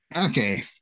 okay